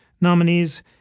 nominees